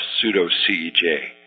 pseudo-CEJ